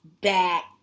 back